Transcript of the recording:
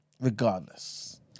regardless